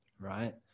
right